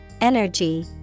energy